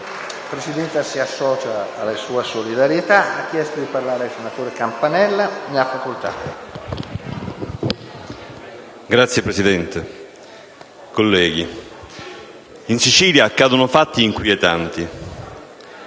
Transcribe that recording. Signor Presidente, colleghi, in Sicilia accadono fatti inquietanti